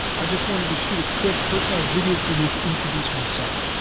i just wanted to shoot a quick personalized video for you to introduce myself.